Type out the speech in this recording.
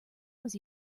was